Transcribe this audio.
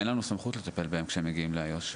אין לנו סמכות לטפל בהם, כשהם מגיעים לאיו"ש.